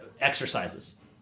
exercises